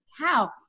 cow